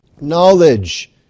knowledge